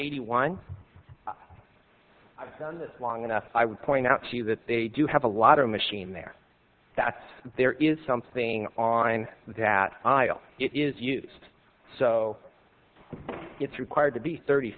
eighty one i've done this long enough i would point out too that they do have a lot of machine there that's there is something online that it is used so it's required to be thirty